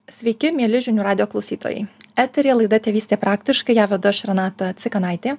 sveiki mieli žinių radijo klausytojai eteryje laida tėvystė praktiškai ją veš renata cikanaitė